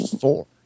Four